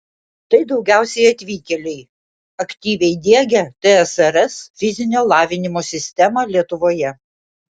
tai daugiausiai atvykėliai aktyviai diegę tsrs fizinio lavinimo sistemą lietuvoje